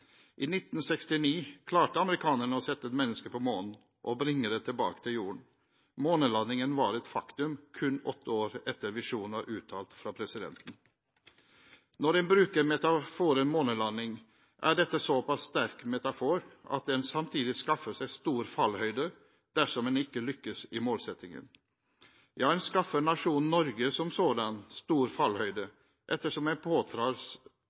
I 1969 klarte amerikanerne å sette et menneske på månen og bringe det tilbake til jorden. Månelandingen var et faktum kun åtte år etter visjonen var uttalt fra presidenten. Når en bruker metaforen «månelanding», er dette en såpass sterk metafor at en samtidig skaffer seg stor fallhøyde dersom en ikke lykkes i målsettingen. Ja, en skaffer nasjonen Norge som sådan stor fallhøyde ettersom en